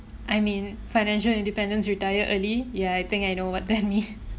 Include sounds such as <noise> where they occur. I mean financial independence retire early ya I think I know what that means <laughs>